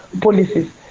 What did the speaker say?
policies